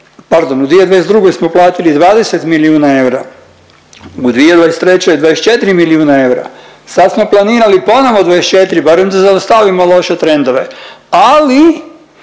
pardon u 2022. smo platili 20 milijuna eura, u 2023. 24 milijuna eura, sad smo planirali ponovo 24 barem da zaustavimo loše trendove, ali,